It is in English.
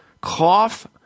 cough